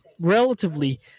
relatively